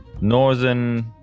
northern